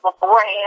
beforehand